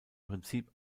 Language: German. prinzip